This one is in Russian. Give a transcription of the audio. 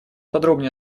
подробнее